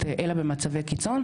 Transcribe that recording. אלא במקרי קיצון.